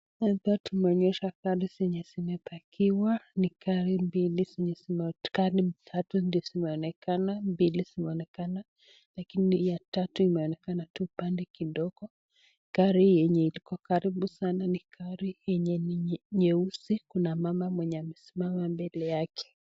Hapa tunonyeshwa gari zenye zimepakiwa. Ni gari mbili zenye zikonoanekana ni tatu zenye zinaonekana mbili zinaonekana, lakini ya tatu inaonekana tu upande kidogo. Gari yenye iko karibu sana ni gari yenye ni nyeusi, kuna mama mwenye amesimama mbele yake.